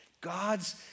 God's